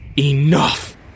enough